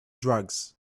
drugs